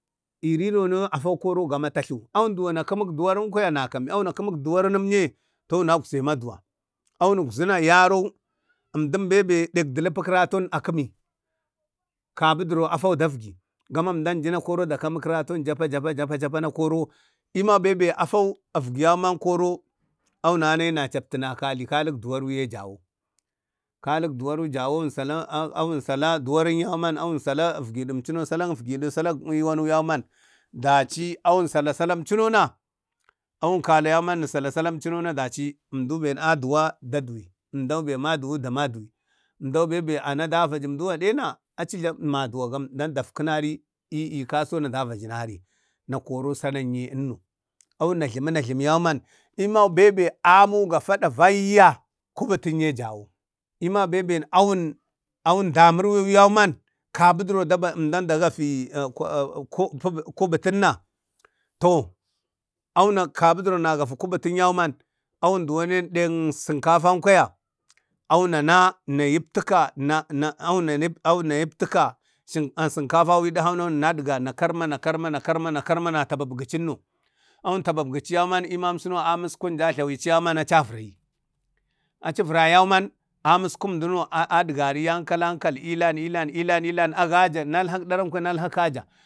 Erirono afau kwari gama tatlu awun duwo na kumak duwar kwaya na kami eawuna kemik duwar yee to wunak ze maduwa awunukzina yaron emdun bebe dik dulip keraton a kemi, kabu duro afan dafgi gaman emdan jina koro da kami karatun japa japa japajapa na koro yim bebe afau efgi yauman koro awu na nayi wuna captina wuna kali kalik duwaruye wun salah awun sala duwarin yauman awin salah efgi dimcuna egidin salak iwanu yauma daci awun salah salam conona awun kala yauman wun salamcuno man daci emdu be a duwa da duwi emdu be maduwa da maduwi emdu bembe ana da vadi emdu wade na aci jlamu matvavin dani datfi nari ee kason davadinari na koro sanan ye eenno awua jlami wuna jlami yauman yima bebe amin gafa davayya kubatun ye jawo, ema bembe awun damu erwai yauman kabuduro daba dagafi ae da ko e kubutinna to awun na gabdura wuna gafi kubutin yauman awun duwoni deng sinkafan kwaya awunana na yibtika na yibtika na na awunane awuna yiptika ten sinkafau edkah awuno wunatga na karma na karma nakarma na karmana awun tagabbabicin enno amin esku dajlawi ci yauman na cavirayi aci vara yauman amisku duno adgari yankal yankal ilan ilan agaja nalha daran kwaya alha kaja.